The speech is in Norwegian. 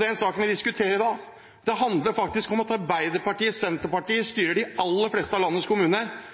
Den saken vi diskuterer i dag, handler faktisk om at Arbeiderpartiet og Senterpartiet styrer de aller fleste av landets kommuner.